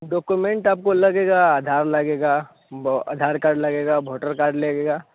document आपको लगेगा आधार लगेगा वह आधार कार्ड लगेगा वोटर कार्ड लगेगा